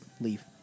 leave